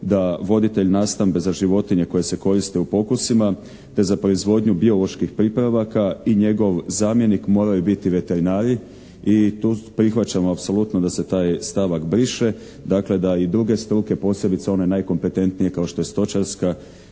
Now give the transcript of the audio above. da voditelj nastambe za životinje koje se koriste u pokusima te za proizvodnju bioloških pripravaka i njegov zamjenik moraju biti veterinari. I tu prihvaćamo apsolutno da se taj stavak briše, dakle da i druge struke posebice one najkompetentnije kao što je stočarska,